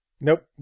Nope